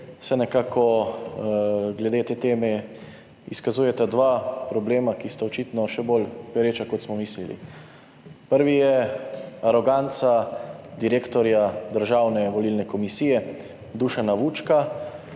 se nekako glede te teme izkazujeta dva problema, ki sta očitno še bolj pereča kot smo mislili. Prvi je aroganca direktorja Državne volilne komisije Dušana Vučka